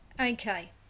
Okay